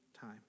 time